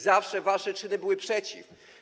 Zawsze wasze czyny były przeciw.